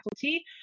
faculty